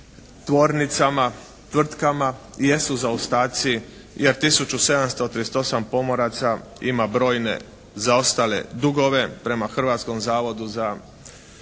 tvornicama, tvrtkama jesu zaostaci jer 1738 pomoraca ima brojne zaostale dugove prema Hrvatskom zavodu za mirovinsko